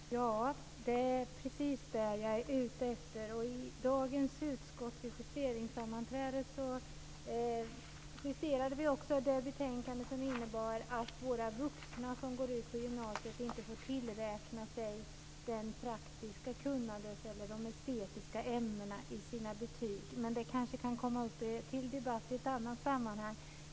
Fru talman! Ja, det är precis det som jag är ute efter. Vid dagens justeringssammanträde i utskottet justerade vi även det betänkande som innebär att de vuxna som går ut gymnasiet inte får tillräkna sig det praktiska kunnandet eller de estetiska ämnena i sina betyg. Men detta kanske kan komma upp till debatt i ett annat sammanhang.